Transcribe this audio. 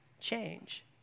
change